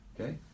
Okay